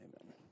amen